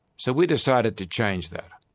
so we decided to change that.